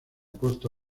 costa